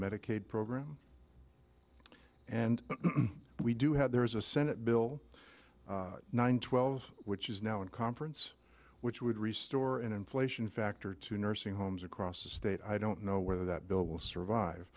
medicaid program and we do have there is a senate bill nine twelve which is now in conference which would restore an inflation factor to nursing homes across the state i don't know whether that bill will survive